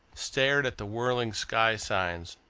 stared at the whirling sky-signs,